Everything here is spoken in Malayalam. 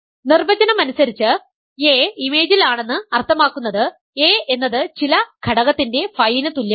നിർവചനം അനുസരിച്ച് a ഇമേജിൽ ആണെന്ന് അർത്ഥമാക്കുന്നത് a എന്നത് ചില ഘടകത്തിൻറെ Φ ന് തുല്യമാണ്